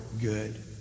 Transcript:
good